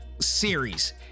series